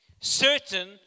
certain